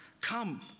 Come